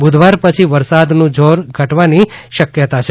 બુધવાર પછી વરસાદનું જોર ઘટવાની આશા છે